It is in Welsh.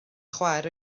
chwaer